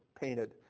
painted